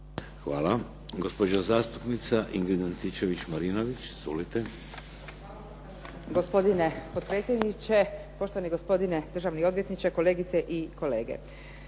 Hvala. Gospođa zastupnica Ingrid Antičević-Marinović. Izvolite.